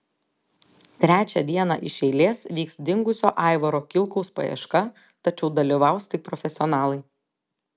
trečią dieną iš eilės vyks dingusio aivaro kilkaus paieška tačiau dalyvaus tik profesionalai